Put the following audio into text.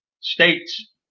states